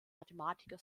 mathematiker